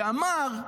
שאמר,